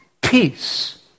Peace